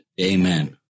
Amen